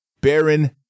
Baron